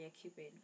Cupid